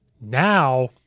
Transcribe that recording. Now